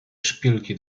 szpilki